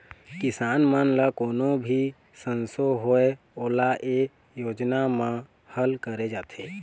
किसान मन ल कोनो भी संसो होए ओला ए योजना म हल करे जाथे